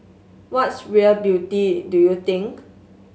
what's real beauty do you think